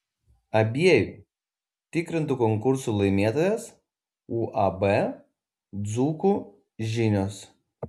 abiejų tikrintų konkursų laimėtojas uab dzūkų žinios